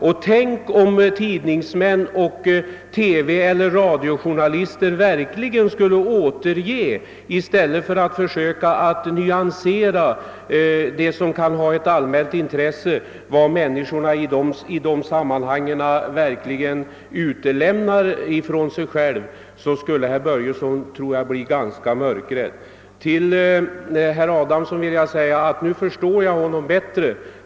Om tidningsmän, TV och radiojournalister i stället för att nyanserat beskriva vad som kan ha ett allmänt intresse verkligen skulle återge hur människorna i dessa sammanhang lämnar ut sig själva, skulle herr Börjesson förmodligen bli mörkrädd. Till herr Adamsson vill jag säga att jag nu förstår honom bättre.